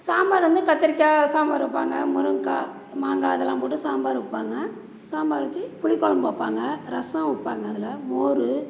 சாம்பார் வந்து கத்தரிக்காய் சாம்பார் வைப்பாங்க முருங்கக்காய் மாங்காய் இதெல்லாம் போட்டு சாம்பார் வைப்பாங்க சாம்பார் வச்சு புளிக்குழம்பு வைப்பாங்க ரசம் வைப்பாங்க அதில் மோர்